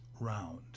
round